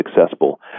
successful